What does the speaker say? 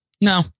No